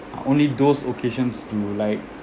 only those occasions to like